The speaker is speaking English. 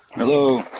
hello.